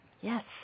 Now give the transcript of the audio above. Yes